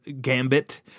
Gambit